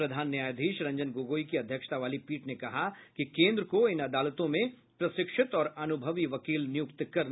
प्रधान न्यायाधीश रंजन गोगोई की अध्यक्षता वाली पीठ ने कहा कि केन्द्र को इन अदालतों में प्रशिक्षित और अनुभवी वकील नियुक्त करने होंगे